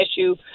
issue